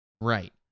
right